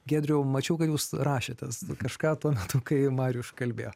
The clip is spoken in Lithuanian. giedriau mačiau kad jūs rašėtės kažką tuo metu kai mariuš kalbėjo